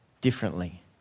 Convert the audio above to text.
differently